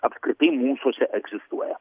apskritai mūsuose egzistuoja